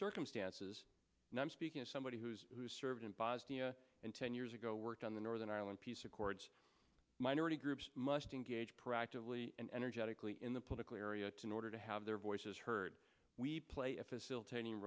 circumstances and i'm speaking as somebody who's who served in bosnia and ten years ago worked on the northern ireland peace accords minority groups must engage practically and energetically in the political area to nor to have their voices heard we play a facilitating